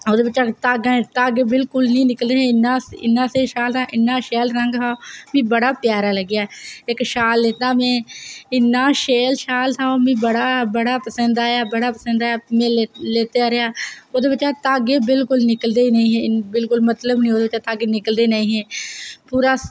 ओह्दे बिच्चा दा धागे बिल्कुल नी निकलदे हे इन्ना सैल शैल हा इन्ना स्हेई रंग हा मिगी बड़ा प्यारा लग्गेआ इक शाल लैत्ता हा में इन्ना शैल शाल हा मीं ओह् इन्ना पसंद आया बड़ी पसंद आया में लैत्ते दा रेहा ओह्दे बिच्चा दा धागे बिल्कुल निकलदे गै नी हे बिल्कुल मतलव गै नी ओह्दे बिच्चा दा दागे निकलदे गै नी हे